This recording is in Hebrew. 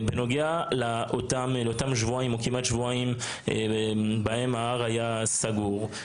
בנוגע לאותם שבועיים או כמעט שבועיים בהם ההר היה סגור,